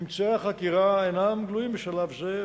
ממצאי החקירה אינם גלויים בשלב זה,